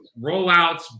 rollouts